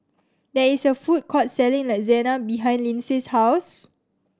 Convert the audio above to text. there is a food court selling Lasagna behind Lynsey's house